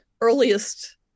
earliest